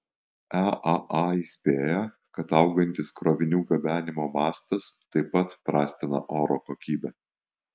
eaa įspėja kad augantis krovinių gabenimo mastas taip pat prastina oro kokybę